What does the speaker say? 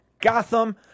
Gotham